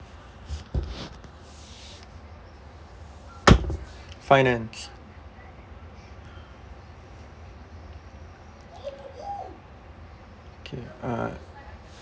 finance okay uh